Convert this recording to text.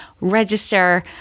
register